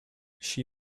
she